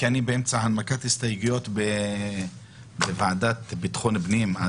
כי אני באמצע הנמקת הסתייגויות בוועדה לביטחון פנים.